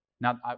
Now